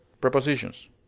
Prepositions